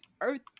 Earth